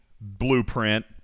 blueprint